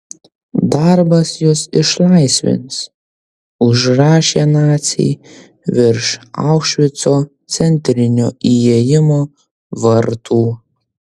darbas jus išlaisvins užrašė naciai virš aušvico centrinio įėjimo vartų